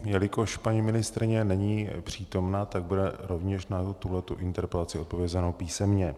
Jelikož paní ministryně není přítomna, tak bude rovněž na tuto interpelaci odpovězeno písemně.